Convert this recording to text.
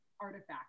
artifact